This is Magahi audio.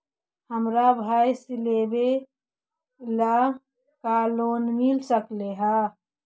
हमरा भैस लेबे ल है का लोन मिल सकले हे?